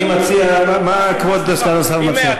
מה כבוד סגן השר מציע?